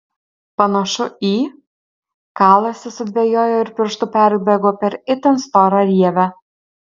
panašu į kalasi sudvejojo ir pirštu perbėgo per itin storą rievę